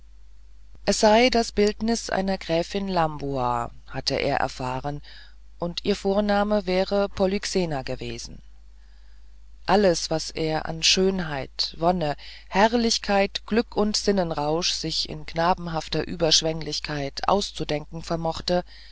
es sei das bildnis einer gräfin lambua hatte er erfahren und ihr vorname wäre polyxena gewesen alles was er an schönheit wonne herrlichkeit glück und sinnenrausch sich in knabenhafter überschwenglichkeit auszudenken vermochte